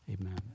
Amen